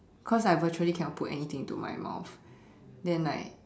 cause I virtually cannot put anything into my mouth then like